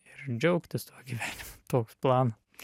ir džiaugtis tuo gyvenimu toks planas